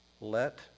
Let